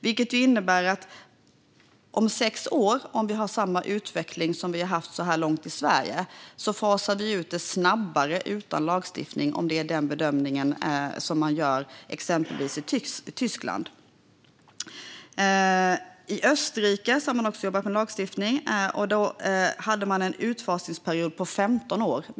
Det innebär att vi om sex år, med samma utveckling som vi haft i Sverige så här långt, har fasat ut detta snabbare utan lagstiftning än vad man bedömer att man kan göra i Tyskland. I Österrike har man också jobbat med lagstiftning och hade en utfasningsperiod på 15 år.